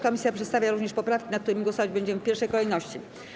Komisja przedstawia również poprawki, nad którymi głosować będziemy w pierwszej kolejności.